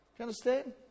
understand